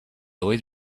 always